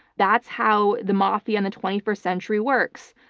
that's how the mafia and the twenty first century works.